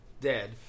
dead